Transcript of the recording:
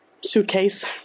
suitcase